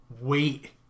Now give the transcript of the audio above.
Wait